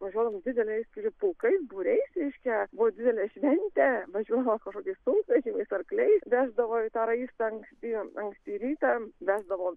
važiuodavom dideliais klipukai būriais reiškia buvo didelė šventė važiuodavom kažkokiais sunkvežimiais arkliais veždavo į tą raistąanksti anksti rytą veždavo